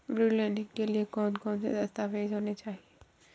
ऋण लेने के लिए कौन कौन से दस्तावेज होने चाहिए?